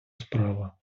справа